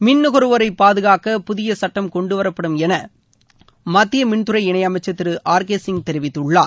மின் நுகர்வோரை பாதுகாக்க புதிய சட்டம் கொண்டுவரப்படும் என மத்திய மின்துறை இணையமைச்சர் திரு ஆர் கே சிங் தெரிவித்துள்ளார்